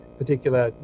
particular